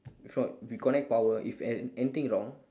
before we connect power if a~ anything wrong